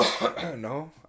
No